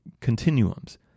continuums